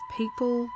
people